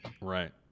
right